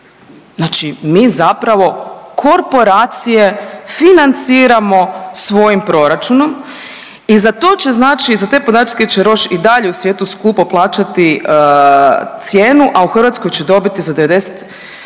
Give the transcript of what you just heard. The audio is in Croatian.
Znači mi zapravo korporacije financiramo svojim proračunom i za to će znači, za te podatke će Rosch i dalje u svijetu skupo plaćati cijenu, a u Hrvatskoj će dobiti za 90